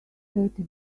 thirty